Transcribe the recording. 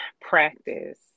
practice